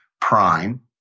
prime